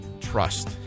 trust